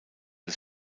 des